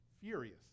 furious